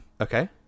Okay